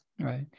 Right